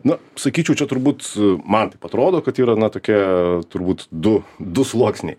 na sakyčiau čia turbūt man atrodo kad yra na tokie turbūt du du sluoksniai